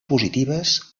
positives